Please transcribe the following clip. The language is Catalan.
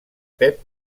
pep